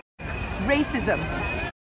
Racism